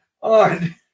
on